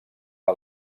que